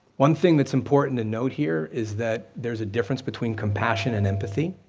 one thing that's important to note here is that there's a difference between compassion and empathy,